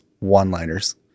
one-liners